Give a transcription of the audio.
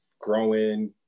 growing